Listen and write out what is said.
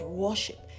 worship